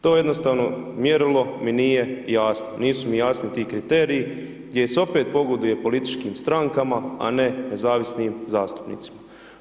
To jednostavno mjerilo mi nije jasno, nisu mi jasni ti kriteriji gdje se opet pogoduje političkim strankama, a ne nezavisnim zastupnicima.